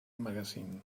magazine